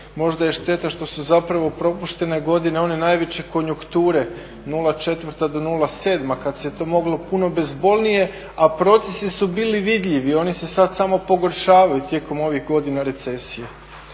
Možda je šteta što su zapravo propuštene godine one najveće konjunkture '04. do '07. kada se je to moglo puno bezbolnije a procesi su bili vidljivi, oni se sada samo pogoršavaju tijekom ovih godina recesije.